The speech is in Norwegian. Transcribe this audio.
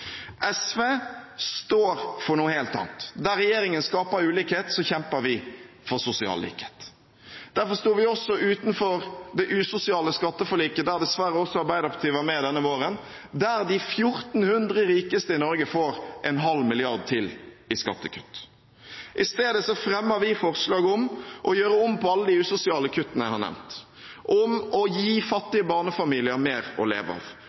SV står for noe helt annet. Der regjeringen skaper ulikhet, kjemper vi for sosial likhet. Derfor sto vi også utenfor det usosiale skatteforliket, der dessverre også Arbeiderpartiet var med denne våren, der de 1 400 rikeste i Norge får en halv milliard kr til i skattekutt. I stedet fremmer vi forslag om å gjøre om på alle de usosiale kuttene jeg har nevnt; om å gi fattige barnefamilier mer å leve av